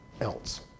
else